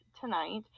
tonight